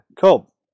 Cool